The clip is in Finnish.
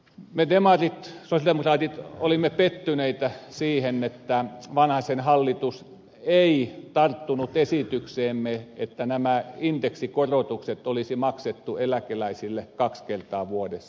me sosialidemokraatit olimme pettyneitä siihen että vanhasen hallitus ei tarttunut esitykseemme että nämä indeksikorotukset olisi maksettu eläkeläisille kaksi kertaa vuodessa